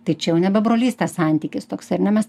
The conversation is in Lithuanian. tai čia jau nebe brolystės santykis toks ar ne mes